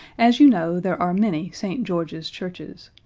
as you know, there are many st. george's churches,